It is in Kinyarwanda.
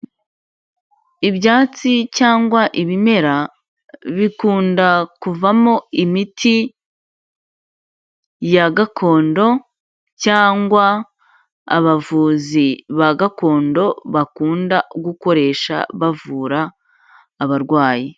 Ibyatsi cyangwa ibimera, bikunda kuvamo imiti ya gakondo cyangwa abavuzi ba gakondo bakunda gukoresha bavura abarwayi.